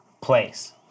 place